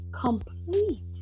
complete